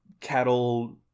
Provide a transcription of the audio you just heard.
cattle